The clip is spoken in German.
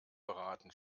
beraten